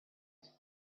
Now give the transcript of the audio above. his